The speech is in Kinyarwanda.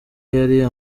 yari